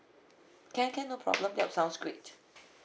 can can no problem that sounds great